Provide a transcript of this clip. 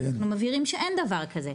אנחנו מבהירים שאין דבר כזה,